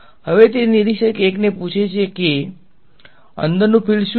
હવે તે નિરીક્ષક ૧ ને પૂછે છે કે હે અંદરનુ ફિલ્ડ શું છે